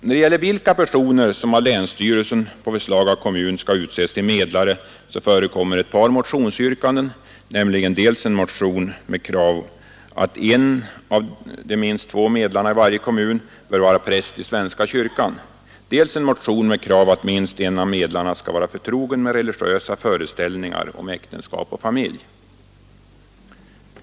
När det gäller vilka personer som av länsstyrelsen på förslag av kommun skall utses till medlare vill jag peka på ett par motionsyrkanden, nämligen dels en motion om krav att en av de minst två medlemmarna i varje kommun bör vara präst i svenska kyrkan, dels en motion med krav att minst en av medlarna skall vara förtrogen med religiösa föreställningar om äktenskap och familj.